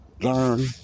Learn